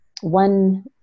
one